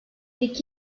iki